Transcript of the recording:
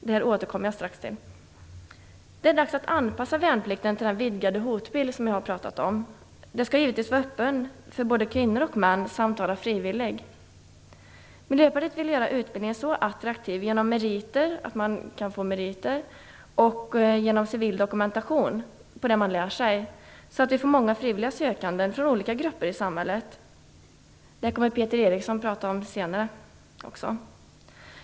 Jag återkommer strax också till detta. Det är dags att anpassa värnplikten till den vidgade hotbild som jag har pratat om. Värnplikten skall givetvis vara öppen för både kvinnor och män samt vara frivillig. Miljöpartiet vill, genom meriter och civil dokumentation på det man lär sig, göra utbildningen så attraktiv att vi får många frivilliga sökande från olika grupper i samhället. Peter Eriksson kommer senare att prata om detta.